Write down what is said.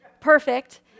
perfect